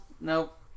Nope